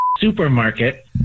supermarket